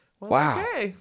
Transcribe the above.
Wow